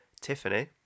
Tiffany